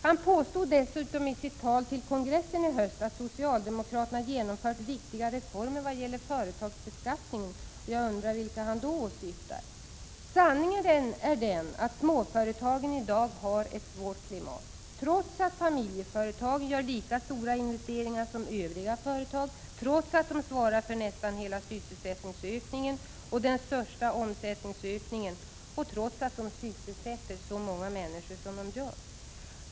Han påstod dessutom i sitt tal till kongressen i höst att socialdemokraterna genomfört viktiga reformer vad gäller företagsbeskattningen. Jag undrar vilka han då åsyftar? Sanningen är den att småföretagen i dag har ett svårt klimat, trots att familjeföretagen gör lika stora investeringar som övriga företag, trots att de svarar för nästan hela sysselsättningsökningen och den största omsättningsökningen och trots att de sysselsätter så många människor som de gör.